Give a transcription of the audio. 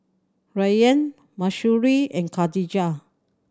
Rayyan Mahsuri and Khadija